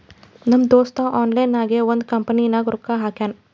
ನಮ್ ದೋಸ್ತ ಆನ್ಲೈನ್ ನಾಗೆ ಒಂದ್ ಕಂಪನಿನಾಗ್ ರೊಕ್ಕಾ ಹಾಕ್ಯಾನ್